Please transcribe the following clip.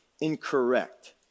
incorrect